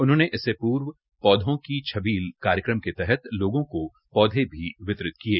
उन्होंने इससे पूर्व पौधों की छबील कार्यक्रम के तहत लोगों को पौधे भी वितरित किये